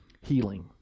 healing